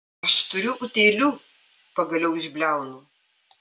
aš turiu utėlių pagaliau išbliaunu